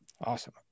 Awesome